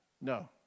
no